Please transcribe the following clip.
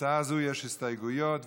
הצעת חוק התכנון והבנייה (תיקון מס' 125),